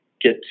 get